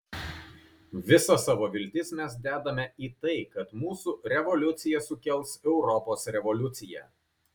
visas savo viltis mes dedame į tai kad mūsų revoliucija sukels europos revoliuciją